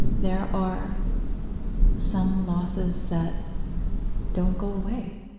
there are some losses that don't go away.